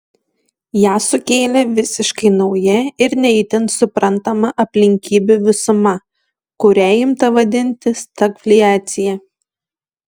ją sukėlė visiškai nauja ir ne itin suprantama aplinkybių visuma kurią imta vadinti stagfliacija